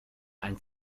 ein